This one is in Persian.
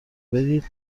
بدید